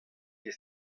ket